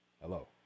Hello